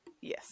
Yes